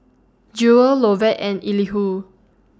Jewel Lovett and Elihu